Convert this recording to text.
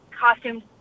costumes